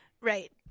Right